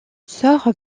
sœur